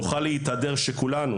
נוכל להתהדר שכולנו,